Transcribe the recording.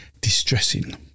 distressing